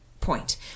point